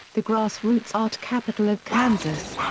the grassroots art capital of kansas.